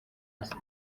gusa